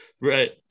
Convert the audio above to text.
Right